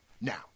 Now